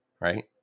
Right